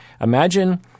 Imagine